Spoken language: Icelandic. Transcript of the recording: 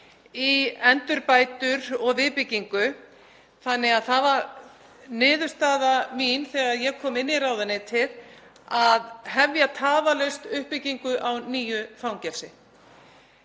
í endurbætur og viðbyggingu. Það var niðurstaða mín þegar ég kom inn í ráðuneytið að hefja tafarlaust uppbyggingu á nýju fangelsi.